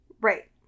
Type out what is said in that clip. Right